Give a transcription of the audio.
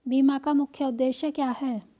बीमा का मुख्य उद्देश्य क्या है?